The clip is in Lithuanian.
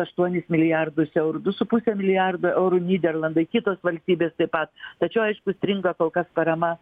aštuonis milijardus eurų du su pusė milijardo eurų nyderlandai kitos valstybės taip pat tačiau aišku stringa kol kas parama